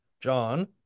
John